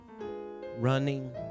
running